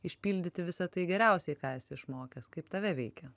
išpildyti visą tai geriausiai ką esi išmokęs kaip tave veikia